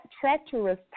treacherous